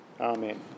Amen